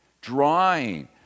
drawing